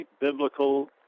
biblical